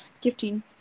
gifting